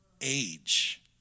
age